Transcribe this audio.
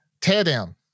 Teardown